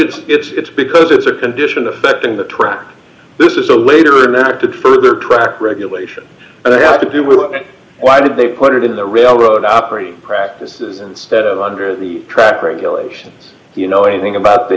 just it's it's because it's a condition affecting the track this is a later admitted further track regulation and they have to do with it why did they put it in the railroad operating practices instead of under the track regulations you know anything about the